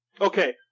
Okay